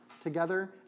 together